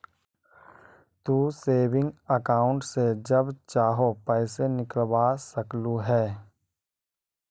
तू saving account से जब चाहो पैसे निकलवा सकलू हे